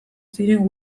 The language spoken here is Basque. ziren